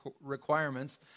requirements